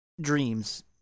dreams